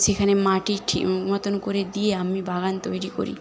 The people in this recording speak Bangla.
সেখানে মাটি ঠিক মতন করে দিয়ে আমি বাগান তৈরি করি